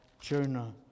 Jonah